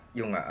yung